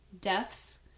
deaths